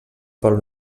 pol